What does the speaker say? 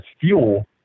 fuel